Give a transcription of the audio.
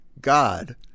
God